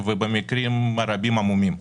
ובמקרים רבים עמומים.